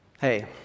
Hey